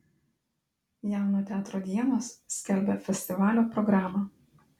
jauno teatro dienos skelbia festivalio programą